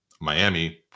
miami